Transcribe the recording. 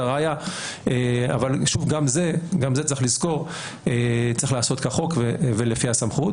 הראיה אבל גם את זה צריך לעשות כחוק ולפי הסמכות